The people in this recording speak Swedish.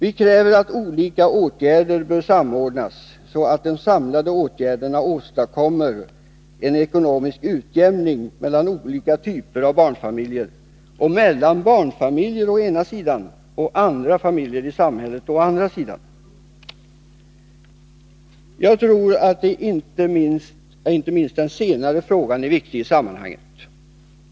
Vi kräver att olika åtgärder skall samordnas så att de samlade åtgärderna åstadkommer en ekonomisk utjämning mellan olika typer av barnfamiljer och mellan barnfamiljer å ena sidan och andra familjer i samhället å andra sidan. Jag tror att inte minst den senare frågan är viktig i sammanhanget.